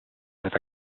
with